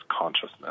consciousness